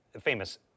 famous